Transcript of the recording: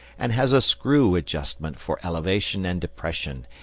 and has a screw adjustment for elevation and depression.